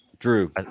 Drew